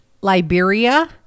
Liberia